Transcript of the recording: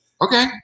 Okay